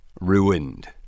Ruined